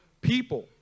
people